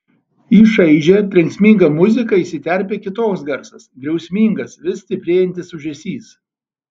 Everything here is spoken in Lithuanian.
į šaižią trenksmingą muziką įsiterpia kitoks garsas griausmingas vis stiprėjantis ūžesys